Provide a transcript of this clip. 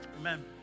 amen